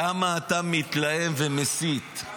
למה אתה מתלהם ומסית?